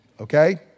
okay